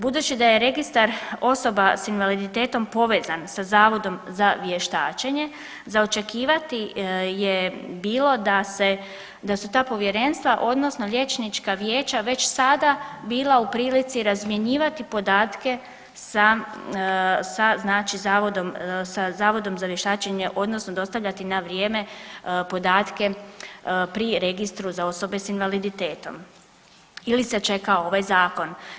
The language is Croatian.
Budući da je registar osoba s invaliditetom povezan sa zavodom za vještačenje za očekivati je bilo da se, da su ta povjerenstva odnosno liječnička vijeća već sada bila u prilici razmjenjivati podatke sa, sa znači zavodom, sa zavodom za vještačenje odnosno dostavljati na vrijeme podatke pri registru za osobe s invaliditetom ili se čeka ovaj zakon.